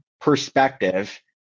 perspective